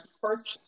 first